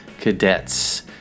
cadets